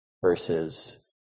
versus